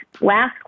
last